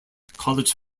college